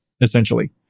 essentially